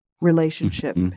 relationship